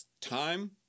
time